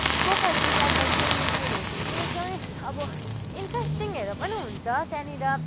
पोखरी त्यहाँनिर स्विमिङ पुलहरूतिर चाहिँ एकदमै अब इन्टरेस्टिङहरू पनि हुन्छ त्यहाँनिर